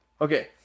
okay